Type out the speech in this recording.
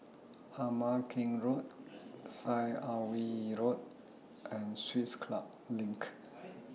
Ama Keng Road Syed Alwi Road and Swiss Club LINK